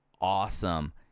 awesome